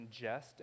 ingest